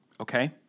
okay